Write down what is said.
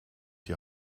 die